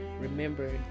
remember